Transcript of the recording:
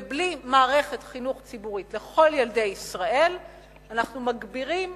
ובלי מערכת חינוך ציבורית לכל ילדי ישראל אנחנו מגבירים